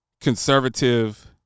conservative